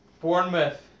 Bournemouth